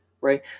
right